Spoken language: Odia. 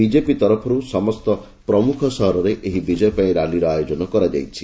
ବିଜେପି ତରଫରୁ ସମସ୍ତ ପ୍ରମୁଖ ସହରରେ ଏହି ବିଜୟ ପାଇଁ ର୍ୟାଲିର ଆୟୋଜନ କରାଯାଇଛି